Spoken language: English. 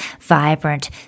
vibrant